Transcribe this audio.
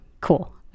cool